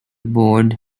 board